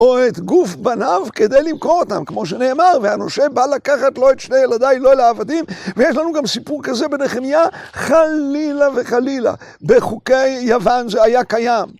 או את גוף בניו כדי למכור אותם, כמו שנאמר. והנושה בא לקחת לו את שני ילדיו, לו לעבדים. ויש לנו גם סיפור כזה בנחמיה, חלילה וחלילה. בחוקי יוון זה היה קיים.